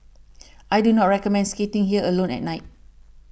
I do not recommend skating here alone at night